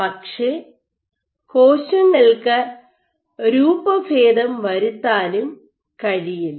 പക്ഷേ കോശങ്ങൾക്ക് രൂപഭേദം വരുത്താനും കഴിയില്ല